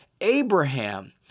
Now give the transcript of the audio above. Abraham